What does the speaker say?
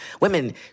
Women